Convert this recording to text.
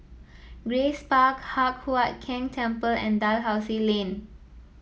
Grace Park Hock Huat Keng Temple and Dalhousie Lane